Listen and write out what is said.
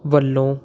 ਵੱਲੋਂ